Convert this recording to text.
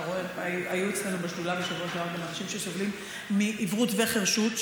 היו אצלנו בשדולה בשבוע שעבר אנשים שסובלים מעיוורות וחירשות,